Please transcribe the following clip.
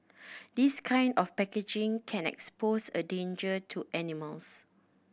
this kind of packaging can expose a danger to animals